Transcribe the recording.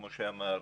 כמו שאמר